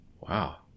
Wow